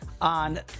on